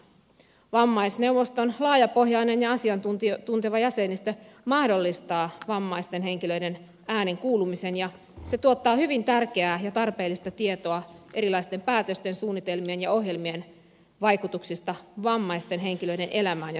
vammaisneuvoston laajapohjainen ja asiantunteva jäsenistö mahdollistaa vammaisten henkilöiden äänen kuulumisen ja se tuottaa hyvin tärkeää ja tarpeellista tietoa erilaisten päätösten suunnitelmien ja ohjelmien vaikutuksista vammaisten henkilöiden elämään ja suoriutumiseen